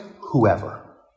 Whoever